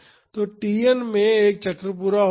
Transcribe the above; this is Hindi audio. तो Tn में एक चक्र पूरा होता है